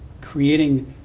creating